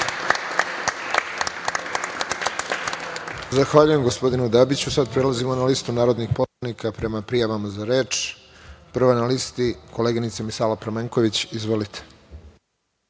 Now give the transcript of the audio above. Zahvaljujem, gospodinu Dabiću. Sada prelazimo na listu narodnih poslanika prema prijavama za reč. Prva na listi, koleginica Misala Pramenković. Izvolite.